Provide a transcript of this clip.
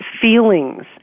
feelings